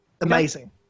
Amazing